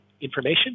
information